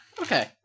Okay